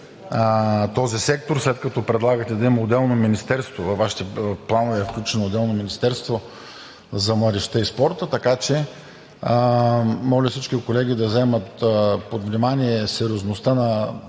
този сектор, след като предлагате да има отделно министерство – във Вашите планове е включено отделно министерство за младежта и спорта, така че моля всички колеги да вземат под внимание сериозността и